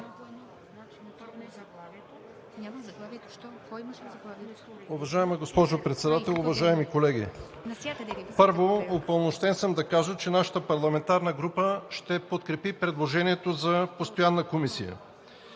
Уважаема госпожо Председател, уважаеми колеги! Първо, упълномощен съм да кажа, че нашата парламентарна група ще подкрепи предложението за Постоянна комисия.